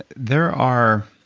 there are